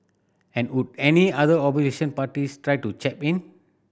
and would any other opposition parties try to chap in